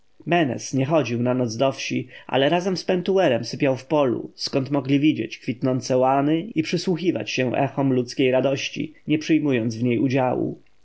nie chodził na noc do wsi ale razem z pentuerem sypiał w polu skąd mogli widzieć kwitnące łany i przysłuchiwać się echom ludzkiej radości nie przyjmując w niej udziału